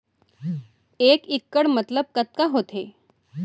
एक इक्कड़ मतलब कतका होथे?